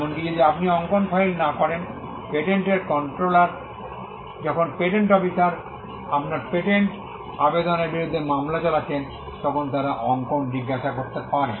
এমনকি যদি আপনি অঙ্কন ফাইল না করেন পেটেন্ট কন্ট্রোলার যখন পেটেন্ট অফিসার আপনার পেটেন্ট আবেদনের বিরুদ্ধে মামলা চালাচ্ছেন তখন তারা অঙ্কন জিজ্ঞাসা করতে পারেন